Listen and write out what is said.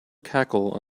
cackle